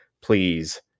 Please